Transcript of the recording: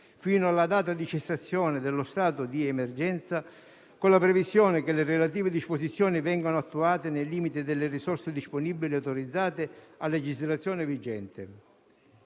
fino alla data di cessazione dello stato di emergenza, con la previsione che le relative disposizioni vengono attuate nel limite delle risorse disponibili autorizzate a legislazione vigente.